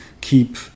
keep